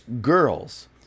girls